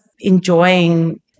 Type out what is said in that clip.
enjoying